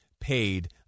paid